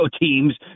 teams